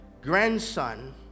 grandson